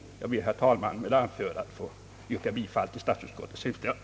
Jag ber, herr talman, med det anförda att få yrka bifall till statsutskottets hemställan.